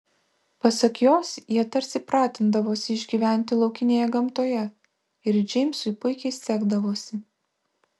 pasak jos jie tarsi pratindavosi išgyventi laukinėje gamtoje ir džeimsui puikiai sekdavosi